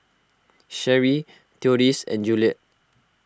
Sherry theodis and Juliet